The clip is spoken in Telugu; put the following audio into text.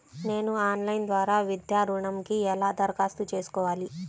నేను ఆన్లైన్ ద్వారా విద్యా ఋణంకి ఎలా దరఖాస్తు చేసుకోవాలి?